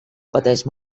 pateix